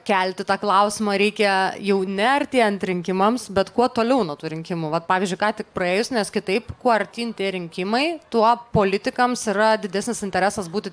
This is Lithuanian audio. kelti tą klausimą reikia jau ne artėjant rinkimams bet kuo toliau nuo tų rinkimų vat pavyzdžiui ką tik praėjus nes kitaip kuo artyn tie rinkimai tuo politikams yra didesnis interesas būti